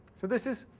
so this is